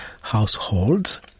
households